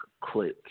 click